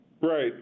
Right